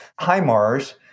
HIMARS